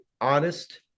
honest